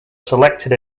selected